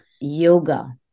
yoga